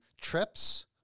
trips